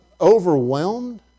overwhelmed